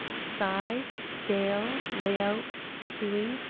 size, scale, layout, queuing,